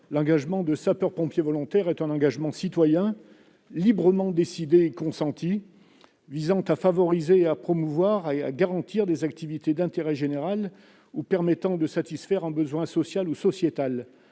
l'engagement de sapeur-pompier volontaire est un engagement citoyen, librement décidé et consenti, visant à favoriser, à promouvoir et à garantir des activités d'intérêt général ou permettant de satisfaire un besoin social ou sociétal,